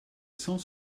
cent